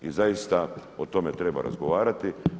I zaista o tome treba razgovarati.